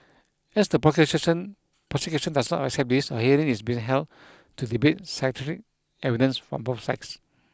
as the prosecution prosecution does not accept this a hearing is being held to debate psychiatric evidence from both sides